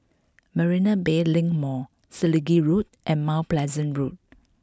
Marina Bay Link Mall Selegie Road and Mount Pleasant Road